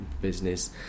Business